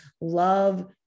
Love